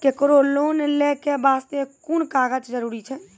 केकरो लोन लै के बास्ते कुन कागज जरूरी छै?